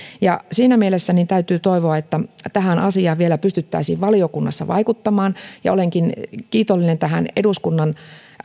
siinä mielessä täytyy toivoa että tähän asiaan vielä pystyttäisiin valiokunnassa vaikuttamaan olenkin kiitollinen eduskunnan